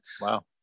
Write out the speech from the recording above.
Wow